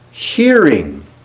hearing